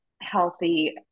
healthy